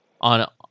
on